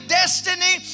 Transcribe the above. destiny